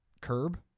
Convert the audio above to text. Curb